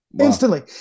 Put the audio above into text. Instantly